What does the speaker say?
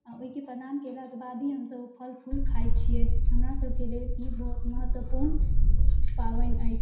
ओहिके परनाम केलाके बाद ही हमसब ओ फल फूल खाइ छिए हमरासबके जे ई बहुत महत्वपूर्ण पाबनि अछि